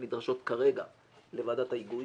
הנדרשות כרגע לוועדת ההיגוי,